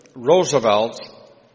Roosevelt